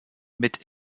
mit